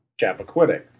Chappaquiddick